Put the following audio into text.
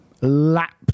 lap